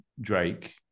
Drake